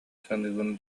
саныыбын